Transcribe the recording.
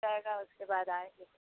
उसके बाद आएंगे